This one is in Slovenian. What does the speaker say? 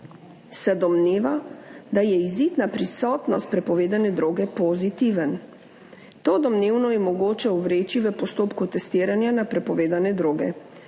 se domneva, da je izid na prisotnost prepovedane droge pozitiven. To domnevo je mogoče ovreči v postopku testiranja na prepovedane droge.